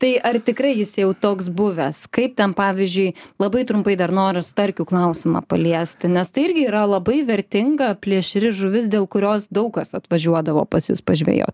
tai ar tikrai jis jau toks buvęs kaip ten pavyzdžiui labai trumpai dar noriu starkių klausimą paliesti nes tai irgi yra labai vertinga plėšri žuvis dėl kurios daug kas atvažiuodavo pas jus pažvejot